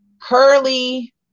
curly